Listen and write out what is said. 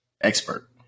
Expert